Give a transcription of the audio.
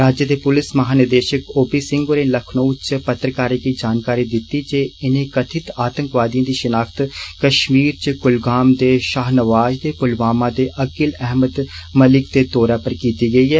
राज्य दे पुलस महानिदेषक ओ पी सिंह होरें लखनऊ च पत्रकारें गी जानकारी दिती जे इनें कथित आतंकवादिएं दी षिनाख्त कष्मीर च कुलगाम दे षाहनवाज़ ते पुलवामा दे अकिल अहमद मलिक दे तौर पर कीती गेई ऐ